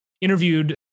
interviewed